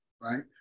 right